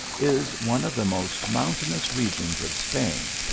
is one of the most moun tainous regions of spain.